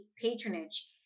patronage